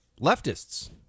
leftists